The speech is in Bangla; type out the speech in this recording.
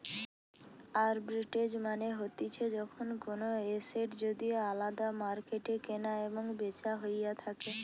আরবিট্রেজ মানে হতিছে যখন কোনো এসেট যদি আলদা মার্কেটে কেনা এবং বেচা হইয়া থাকে